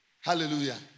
Hallelujah